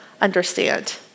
understand